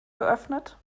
geöffnet